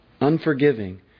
unforgiving